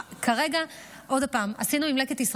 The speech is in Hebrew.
זה יימשך אחרי המלחמה?